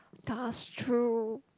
that's true